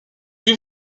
huit